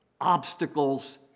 Obstacles